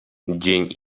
dzień